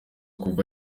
kuva